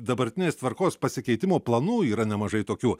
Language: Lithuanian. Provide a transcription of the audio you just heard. dabartinės tvarkos pasikeitimo planų yra nemažai tokių